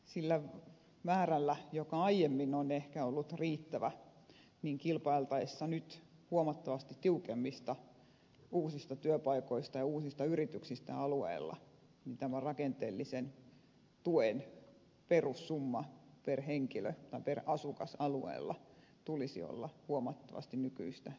kun se määrä aiemmin ehkä on ollut riittävä niin kilpailtaessa nyt huomattavasti tiukemmista uusista työpaikoista ja uusista yrityksistä alueilla tämän rakenteellisen tuen perussumman per asukas alueella tulisi olla huomattavasti nykyistä suurempi